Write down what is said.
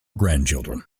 grandchildren